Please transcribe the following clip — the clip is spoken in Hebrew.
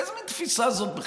איזה מין תפיסה זאת בכלל?